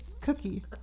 cookie